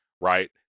right